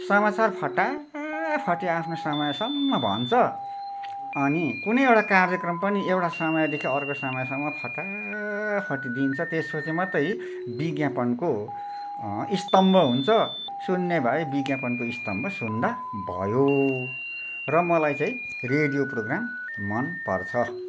समाचार फटाफटी आफ्नो समयसम्म भन्छ अनि कुनै एउटा कार्यक्रम पनि एउटा समयदेखि अर्को समयसम्म फटाफटी दिन्छ त्यसपछि मात्रै विज्ञापनको स्तम्भ हुन्छ सुन्ने भए विज्ञापनको स्तम्भ सुन्दा भयो र मलाई चाहिँ रेडियो प्रोग्राम मनपर्छ